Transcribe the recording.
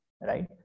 right